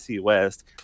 West